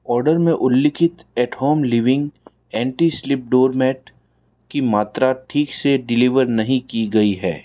order में उल्लिखित at home living anti slip door mat की मात्रा ठीक से डिलीवर नहीं की गई है